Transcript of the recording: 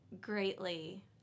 greatly